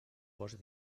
pots